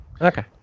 Okay